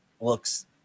looks